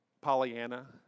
Pollyanna